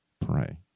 pray